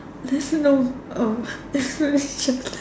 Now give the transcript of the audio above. there's no uh explanation